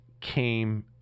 came